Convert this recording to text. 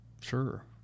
Sure